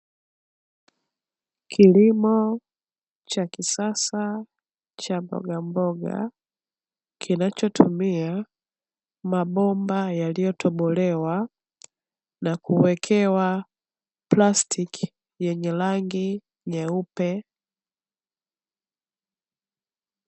Kilimo cha kisasa cha mbogamboga, kinachotumia mabomba yaliyotobolewa na kuwekewa plastiki yenye rangi nyeupe.